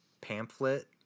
pamphlet